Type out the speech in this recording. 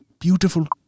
beautiful